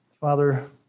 Father